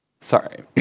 Sorry